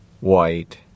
white